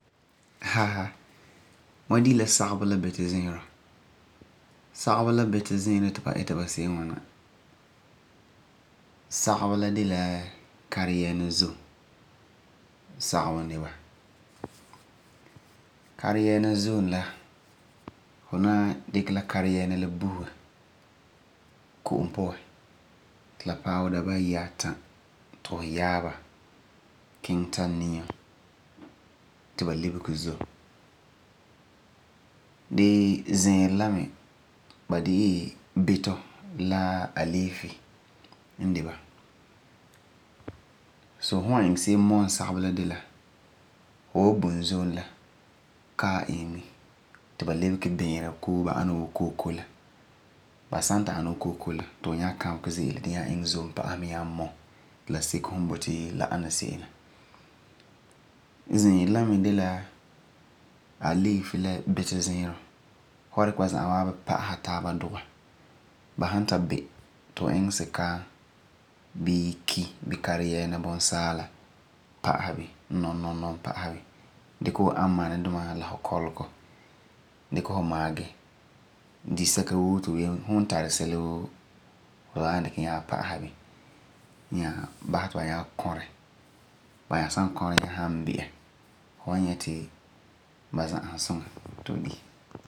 mam di la sagebɔ la bito ziiro. Sagebɔ la bito ziiro ti ba ita ba se'em n ŋwana. Sagebɔ la de la kareyɛɛna zom sagebɔ bala. Kareyɛɛna la, fu wan dikɛ la buse la ko'om ti la paɛ dabesa at a, ti fu yaa ba tari kiŋɛ ta niim ti ba lebege zom. Dee ziiro la mi, ba de la bito la aleefi ti fu ni dikɛ ba za'a lagum taaba duge. Fu mi wan iŋɛ se'em mɔm sagebɔ la de la, fu wan iŋɛ la ko'om dugelɛ ti ba kɔrɛ. Fu wan bum zom la ka'aɛ iŋɛ bini ti ba nyaa lebege biirɛ koo ba ba wuu kooko la. Ti fu nyaa iŋɛ zom pa'asɛ bini ta paɛ fu boti ba ana se'em la. Ba za'a san bi, ti fu nyaa ni dikɛ fu amani, magi, kɔlekɔ la sɛla woo ti fu tara iŋɛ bini. Nyaa basɛ ti ba za'a kɔrɛ, ba san kɔrɛ, fu wan nyɛ ti ba za'asum mɛ suŋa suŋa ti fu di.